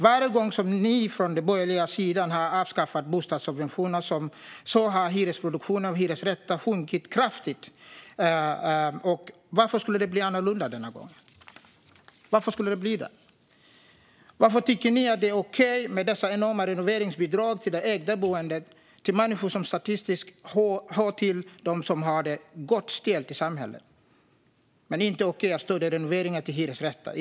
Varje gång ni från den borgerliga sidan har avskaffat bostadssubventioner, Larry Söder, har produktionen av hyresrätter sjunkit kraftigt. Varför skulle det bli annorlunda denna gång? Varför skulle det bli det? Varför tycker ni att det är okej med dessa enorma renoveringsbidrag till det ägda boendet - till människor som statistiskt sett hör till dem som har det gott ställt i samhället - men inte att det är okej att stödja renovering av hyresrätter?